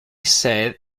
said